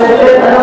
חברי חברי הכנסת,